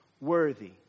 worthy